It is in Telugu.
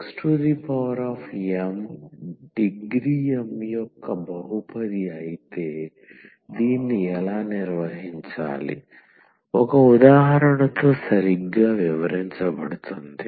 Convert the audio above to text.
xm డిగ్రీ m యొక్క బహుపది అయితే దీన్ని ఎలా నిర్వహించాలి ఒక ఉదాహరణతో సరిగ్గా వివరించబడుతుంది